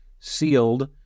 Sealed